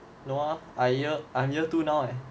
no ah I'm year I'm year two now eh